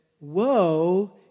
Woe